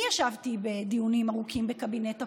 אני ישבתי בדיונים ארוכים בקבינט הקורונה.